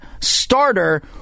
starter